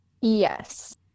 Yes